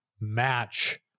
match